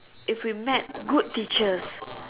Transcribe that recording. if we met good teachers